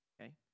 okay